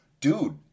dude